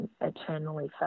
eternally